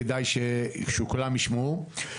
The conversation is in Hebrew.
כדאי שכולם ישמעו,